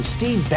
Steve